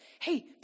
hey